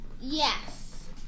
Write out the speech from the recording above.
Yes